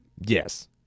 Yes